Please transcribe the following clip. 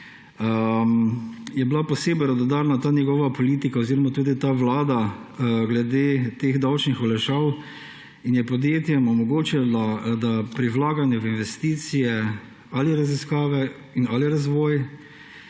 je bila posebej radodarna ta njegova politika oziroma tudi ta vlada s temi davčnimi olajšavami in je podjetjem omogočila, da pri vlaganju v investicije ali raziskave ali razvoj